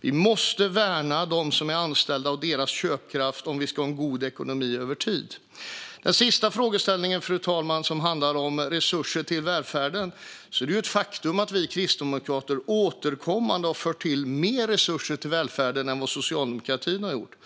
Vi måste värna dem som är anställda och deras köpkraft om vi ska ha en god ekonomi över tid. Fru talman! Den sista frågeställningen gällde resurser till välfärden. Det är ett faktum att vi kristdemokrater återkommande har tillfört mer resurser till välfärden än socialdemokratin har gjort.